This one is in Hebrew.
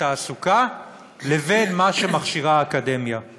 התעסוקה לבין מה שהאקדמיה מכשירה אליו.